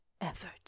effort